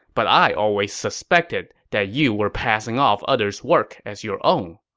but i always suspected that you were passing off others' work as your own.